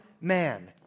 man